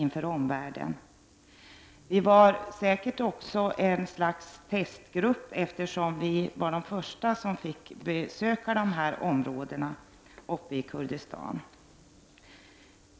Vår grupp var säkert också en testgrupp, eftersom vi var de första som fick besöka de här områdena i Kurdistan.